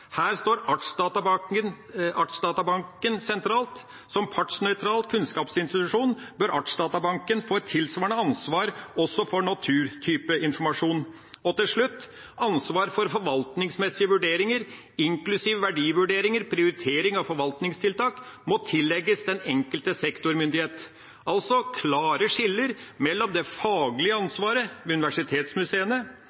Her står Artsdatabanken sentralt. Som partsnøytral kunnskapsinstitusjon bør Artsdatabanken få et tilsvarende ansvar også for naturtypeinformasjon. Og til slutt: Ansvar for forvaltningsmessige vurderinger, inklusiv verdivurderinger, prioritering av forvaltningstiltak, må tillegges den enkelte sektormyndighet. Det handler altså om å ha klare skiller mellom det faglige ansvaret ved universitetsmuseene